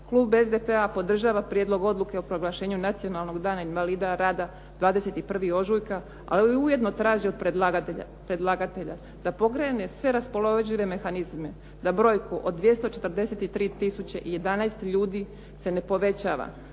klub SDP-a podržava Prijedlog odluke o proglašenju Nacionalnog dana invalida rada 21. ožujka, ali ujedno traži od predlagatelja da pokrene sve raspoložive mehanizme, da brojku od 243 tisuće i 11 ljudi se ne povećava,